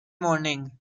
morning